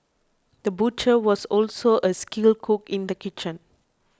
the butcher was also a skilled cook in the kitchen